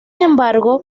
embargo